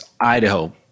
Idaho